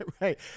right